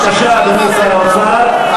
זה לא שייך